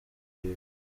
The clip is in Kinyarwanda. bwiwe